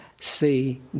see